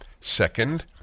Second